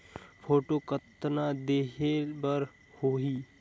Photo कतना देहें बर होहि?